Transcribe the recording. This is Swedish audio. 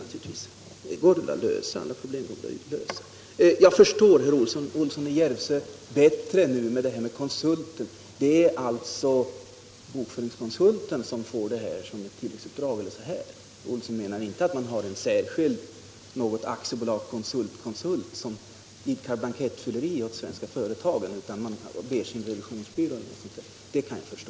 Men problemet går att lösa. Alla problem går att lösa. Nu förstår jag bättre det herr Olsson i Järvsö sade om konsulter. Det är alltså bokföringskonsulten som får uppgiftslämnandet som ett tillläggsuppdrag. Herr Olsson menar inte att man har något aktiebolag Konsult-Konsult, som idkar blankettifyllning åt svenska företag, utan man vänder sig till en enskild revisionsbyrå eller någonting sådant. Det kan jag förstå.